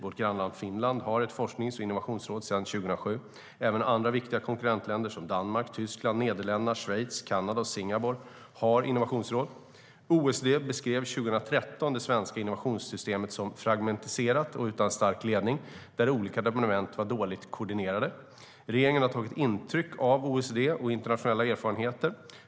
Vårt grannland Finland har ett forsknings och innovationsråd sedan 2007. Även andra viktiga konkurrentländer som Danmark, Tyskland, Nederländerna, Schweiz, Kanada och Singapore har innovationsråd. OECD beskrev 2013 det svenska innovationssystemet som fragmentiserat och utan stark ledning; olika departement var dåligt koordinerade. Regeringen har tagit intryck av OECD och internationella erfarenheter.